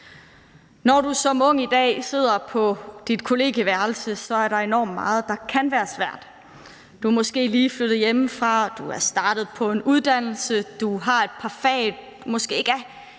Når du som ung i dag sidder på dit kollegieværelse, er der enormt meget, der kan være svært. Du er måske lige flyttet hjemmefra, du er startet på en uddannelse, du har et par fag, som du måske ikke er